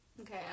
Okay